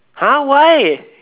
!huh! why